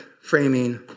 framing